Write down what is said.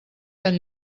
tan